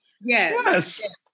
Yes